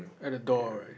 at the door right